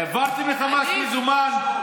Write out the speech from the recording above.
העברתם לחמאס מזומן,